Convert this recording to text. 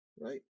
right